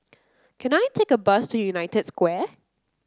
can I take a bus to United Square